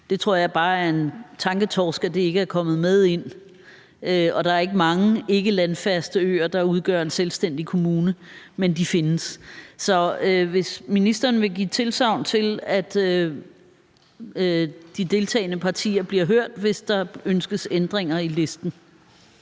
Jeg tror bare, det er en tanketorsk, at det ikke er kommet med. Der er ikke mange ikke landfaste øer, der udgør en selvstændig kommune, men de findes. Så jeg vil spørge, om ministeren vil give tilsagn om, at de deltagende partier bliver hørt, hvis der ønskes ændringer i listen.